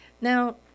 now